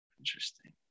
Interesting